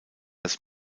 das